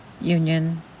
union